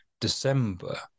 December